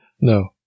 No